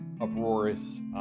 uproarious